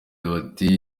bati